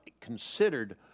considered